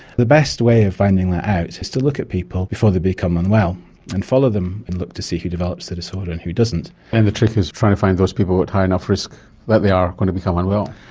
the best way of finding that out is to look at people before they become unwell and follow them and look to see who develops the disorder and who doesn't. and the trick is, try to find those people with high enough risk that they are going to become unwell.